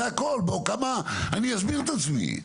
אני אסביר את עצמי.